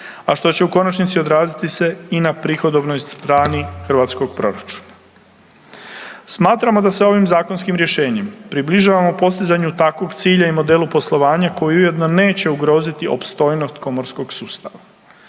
a što će u konačnici odraziti se i na prihodovnoj strani hrvatskog proračuna. Smatramo da se ovim zakonskim rješenjem približavamo postizanju takvog cilja i modelu poslovanja koji ujedno neće ugroziti opstojnost komorskog sustava.